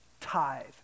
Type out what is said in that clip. tithe